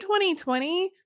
2020